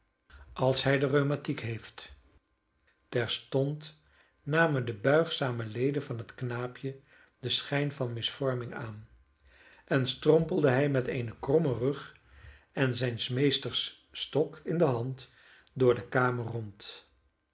als hij de rheumatiek heeft terstond namen de buigzame leden van het knaapje den schijn van misvormig aan en strompelde hij met een krommen rug en zijns meesters stok in de hand door de kamer rond